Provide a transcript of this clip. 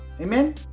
Amen